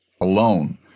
alone